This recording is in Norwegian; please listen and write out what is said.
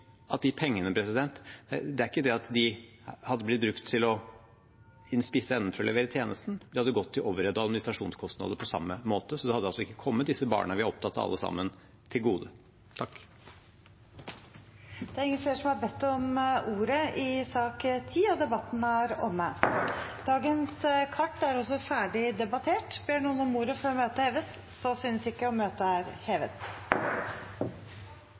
hadde altså ikke kommet disse barna vi alle sammen er opptatt av, til gode. Flere har ikke bedt om ordet til sak nr. 10. Dagens kart er også ferdig debattert. Ber noen om ordet før møtet heves? – Så synes ikke, og møtet er hevet.